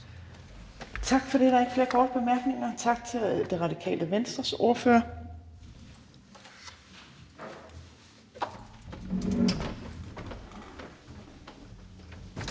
Tak for det. Der er ikke flere korte bemærkninger. Tak til Det Radikale Venstres ordfører.